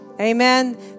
Amen